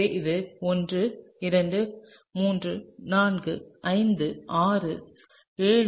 எனவே இது 1 2 3 4 5 6 7 8 9 10